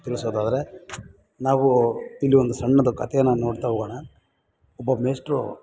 ತಿಳ್ಸೋದಾದರೆ ನಾವು ಇಲ್ಲಿ ಒಂದು ಸಣ್ಣದು ಕತೆನ ನೋಡ್ತಾ ಹೋಗೋಣ ಒಬ್ಬ ಮೇಷ್ಟ್ರು